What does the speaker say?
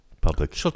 public